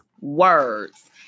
Words